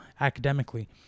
academically